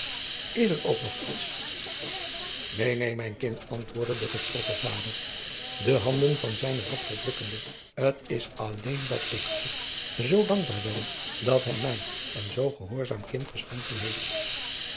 is er ook nog iets neen neen mijn kind antwoordde de getrofsen vader de handen van zijne dochter drukkende t is alleen dat ik adriaan loosjes pzn het leven van hillegonda buisman god zoo dankbaar ben dat hij mij een zoo gehoorzaam kind geschonken heeft